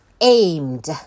aimed